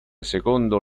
secondo